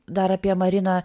dar apie mariną